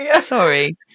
Sorry